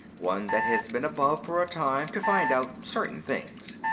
one that has been above for a time, to find out certain things.